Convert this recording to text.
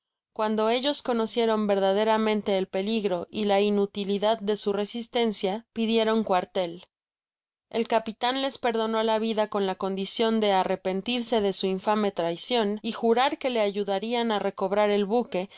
cuando ellos conocieron verdaderamente el peligro y la inutilidad de su resistencia pidieron cuartel el capitan les perdonó la vida cod la condicion de arrepentirse de su infame traicion y jurar que le ayudarian á recobrar el buque y á